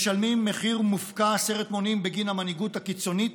משלמים מחיר מופקע עשרת מונים בגין המנהיגות הקיצונית